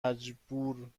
ومحکوم